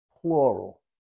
Plural